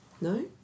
No